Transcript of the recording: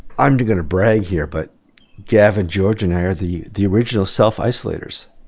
i'm gonna brag here but gavin george and i are the the original self isolators.